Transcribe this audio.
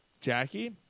Jackie